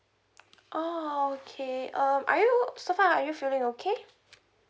oh okay um are you so far are you feeling okay